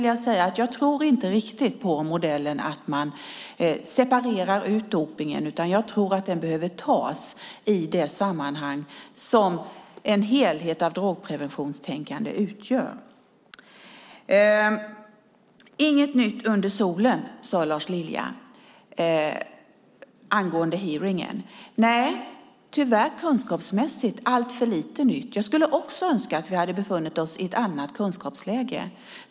Jag tror inte riktigt på modellen att separera ut dopningen, utan jag tror att den behöver ingå i en helhet av drogpreventionstänkande. Inget nytt under solen, sade Lars Lilja angående hearingen. Nej, kunskapsmässigt var det tyvärr alltför lite nytt. Jag skulle också önskat att vi hade befunnit oss i ett annat kunskapsläge.